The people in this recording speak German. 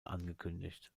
angekündigt